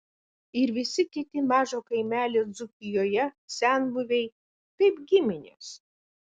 ir visi kiti mažo kaimelio dzūkijoje senbuviai kaip giminės